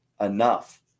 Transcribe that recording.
enough